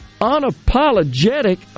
unapologetic